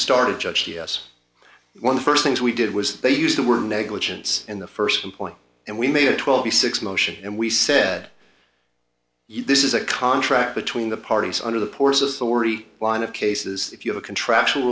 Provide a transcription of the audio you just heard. started judge p s one the first things we did was they used the word negligence in the first point and we made a twelve six motion and we said this is a contract between the parties under the port authority line of cases if you have a contractual